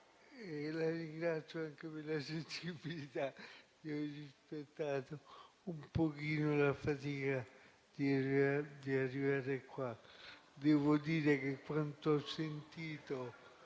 la ringrazio per la sensibilità di aver rispettato un pochino la fatica di arrivare qua. Devo dire che, quando ho sentito